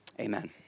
amen